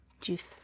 juice